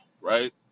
right